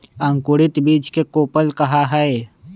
अंकुरित बीज के कोपल कहा हई